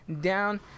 down